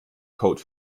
code